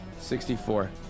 64